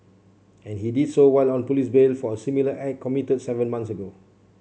and he did so while on police bail for a similar act committed seven month ago